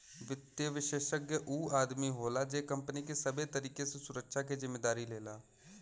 वित्तीय विषेशज्ञ ऊ आदमी होला जे कंपनी के सबे तरीके से सुरक्षा के जिम्मेदारी लेला